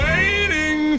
Waiting